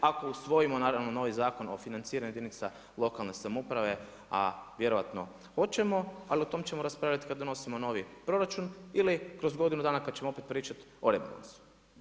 Ako usvojimo naravno novi Zakon o financiranju jedinica lokalne samouprave a vjerojatno hoćemo ali o tome ćemo raspravljati kada donosimo novi proračun ili kroz godinu dana kada ćemo opet pričati o rebalansu.